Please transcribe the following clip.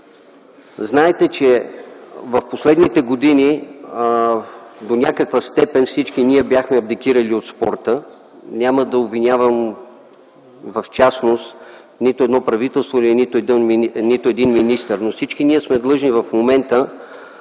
Знаете, че в последните години до някаква степен всички бяхме абдикирали от спорта. Няма да обвинявам в частност нито едно правителство и нито един министър, но всички ние сме длъжни в момента